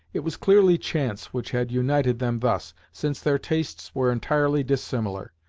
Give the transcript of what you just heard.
it was clearly chance which had united them thus, since their tastes were entirely dissimilar.